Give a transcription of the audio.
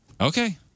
Okay